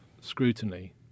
scrutiny